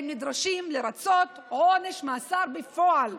הם נדרשים לרצות עונש מאסר בפועל.